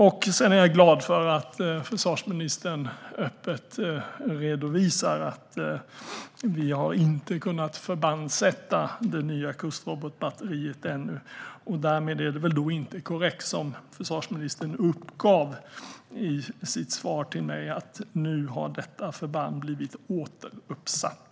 Jag är glad att försvarsministern öppet redovisar att vi ännu inte har kunnat förbandssätta det nya kustrobotbatteriet. Därmed är det väl inte korrekt, som försvarsministern uppgav i sitt svar till mig, att detta förband nu har blivit återuppsatt.